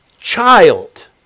child